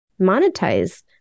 monetize